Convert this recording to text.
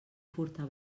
furta